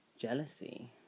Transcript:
jealousy